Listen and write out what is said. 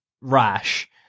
rash